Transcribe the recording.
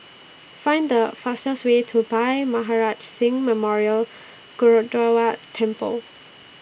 Find The fastest Way to Bhai Maharaj Singh Memorial Gurdwara Temple